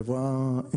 חברה של,